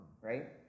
right